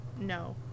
No